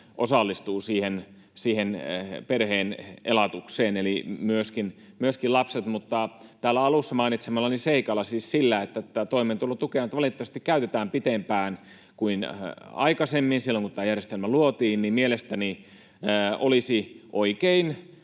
osallistuu siihen perheen elatukseen, eli myöskin lapset, mutta täällä alussa mainitsemani seikka huomioiden, siis se, että toimeentulotukea nyt valitettavasti käytetään pitempään kuin aikaisemmin, kuin silloin kun tämä järjestelmä luotiin, mielestäni olisi oikein,